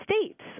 states